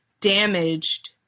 damaged